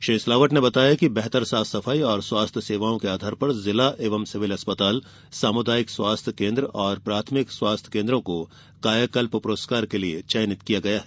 श्री सिलावट ने बताया कि बेहतर साफ सफाई और स्वास्थ्य सेवाओं के आधार पर जिला एवं सिविल अस्पताल सामुदायिक स्वास्थ्य केन्द्र एवं प्राथमिक स्वास्थ्य केन्द्र को कायाकल्प पुरस्कार के लिए चयनित किया गया है